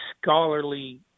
scholarly